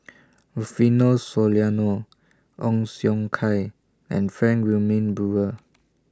Rufino Soliano Ong Siong Kai and Frank Wilmin Brewer